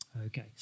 Okay